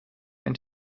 ein